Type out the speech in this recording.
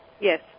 Yes